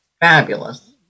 fabulous